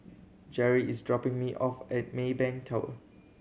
Gerri is dropping me off at Maybank Tower